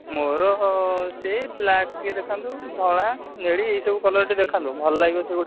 ମୋର ସେଇ ବ୍ଲାକ୍ ଟିକିଏ ଦେଖାନ୍ତୁ ଧଳା ନେଳି ଏଇ ସବୁ କଲର୍ ଟିକିଏ ଦେଖାନ୍ତୁ ଭଲ ଲାଗିବ ସେଗୁଡା ଆଉ